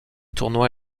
tournoi